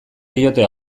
diote